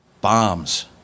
Bombs